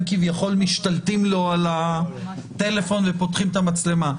כביכול משתלטים לו על הטלפון ופותחים את המצלמה.